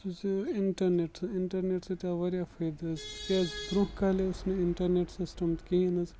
یُس حظ یہِ اِنٹرنیٹ اِنٹرنیٹ سۭتۍ آو واریاہ فٲیدٕ حظ تِکیازِ برونٛہہ کالے اوس نہٕ اِنٹَرنیٹ سِسٹَم کِہیٖنۍ حظ